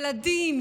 ילדים,